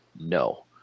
No